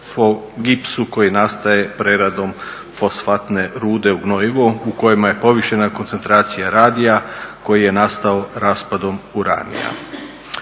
gipsu koji nastaje preradom fosfatne rude u gnojivu u kojima je povišena koncentracija radija koji je nastao raspadom uranija.